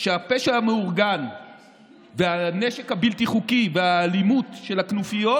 שהפשע המאורגן והנשק הבלתי-חוקי והאלימות של הכנופיות